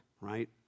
right